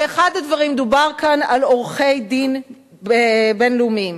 דובר כאן על עורכי-דין בין-לאומיים